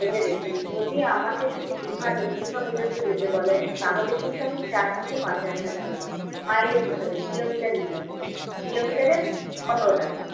এবারে দেখুন যদি আমাকে শুধু দীঘা নিউ দীঘা পর্যন্ত যেতে বলেন তাহলে কিন্তু আমি চার থেকে পাঁচ হাজার টাকা নেব মাইলেজ হিসাবে কিলোমিটার হিসাবে কিলোমিটারে পনেরো টাকা